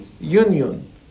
union